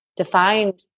Defined